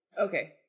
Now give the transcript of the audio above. Okay